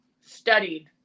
Studied